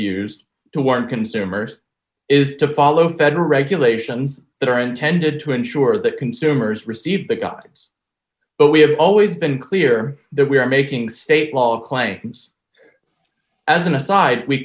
used to warrant consumers is to follow federal regulations that are intended to ensure that consumers receive the gods but we have always been clear that we are making state law claims as an aside we